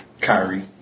Kyrie